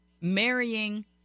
marrying